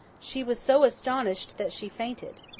she was so astonished that she fainted.